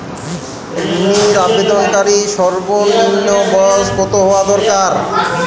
ঋণের আবেদনকারী সর্বনিন্ম বয়স কতো হওয়া দরকার?